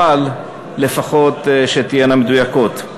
אבל לפחות שתהיינה מדויקות.